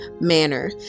manner